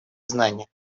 знания